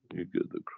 you get the